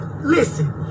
listen